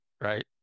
Right